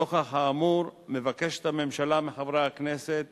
נוכח האמור מבקשת הממשלה מחברי הכנסת